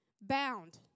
bound